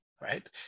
right